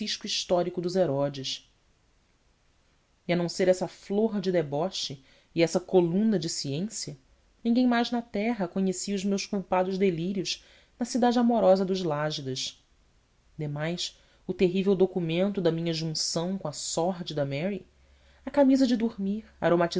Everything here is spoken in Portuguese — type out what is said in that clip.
cisco histórico dos herodes e a não ser essa flor de deboche e essa coluna de ciência ninguém mais na terra conhecia os meus culpados delírios na cidade amorosa dos lágidas demais o terrível documento da minha junção com a sórdida mary a camisa de dormir